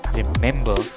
remember